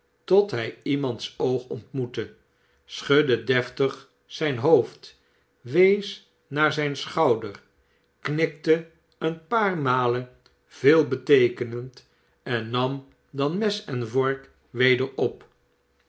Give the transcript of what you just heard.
tot hij iemands oog ontmoette schudde deftig zijn hoofd wees naar zijn schouder knikte een paar malen veelbeteekenend en nam dan mes en vork tveder op